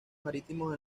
marítimos